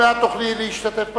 עוד מעט תוכלי להשתתף בדיון,